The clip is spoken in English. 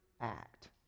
act